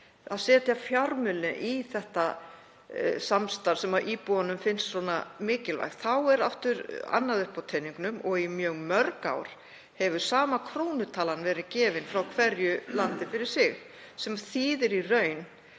að setja fjármuni í þetta samstarf sem íbúunum finnst svona mikilvægt, er annað uppi á teningnum. Í mjög mörg ár hefur sama krónutalan verið gefin frá hverju landi fyrir sig sem þýðir í raun